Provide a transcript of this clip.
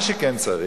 מה שכן צריך,